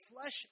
flesh